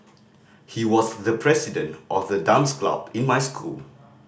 he was the president of the dance club in my school